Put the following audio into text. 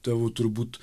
tavo turbūt